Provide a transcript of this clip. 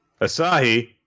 Asahi